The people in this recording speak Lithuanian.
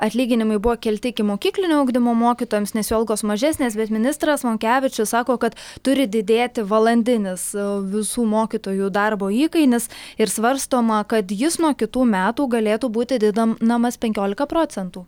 atlyginimai buvo kelti ikimokyklinio ugdymo mokytojams nes jų algos mažesnės bet ministras monkevičius sako kad turi didėti valandinis visų mokytojų darbo įkainis ir svarstoma kad jis nuo kitų metų galėtų būti didinamas penkolika procentų